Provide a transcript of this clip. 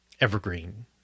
evergreen